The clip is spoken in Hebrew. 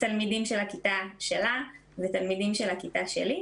תלמידים של הכיתה שלה ותלמידים של הכיתה שלי,